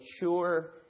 mature